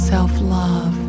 Self-love